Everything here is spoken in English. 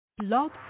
Log